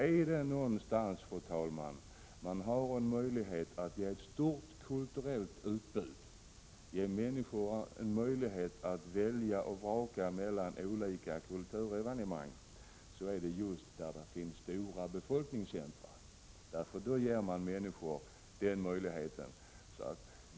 Är det någonstans, fru talman, som man har möjlighet att ha ett stort kulturellt utbud, att ge människorna möjlighet att välja och vraka mellan olika kulturevenemang, så är det just i stora befolkningscentra. Där ger man människorna den möjligheten.